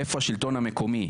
איפה השלטון המקומי,